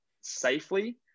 safely